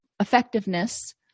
effectiveness